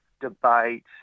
debate